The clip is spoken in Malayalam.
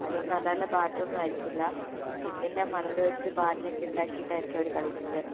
അതും നല്ല നല്ല ബാറ്റൊന്നും ആയിരിക്കില്ല ഇ തെങ്ങിൻറെ മടലുവെച്ച് ബാറ്റൊക്കെ ഉണ്ടാക്കിട്ടായിരിക്കും അവര് കളിക്കുന്നത്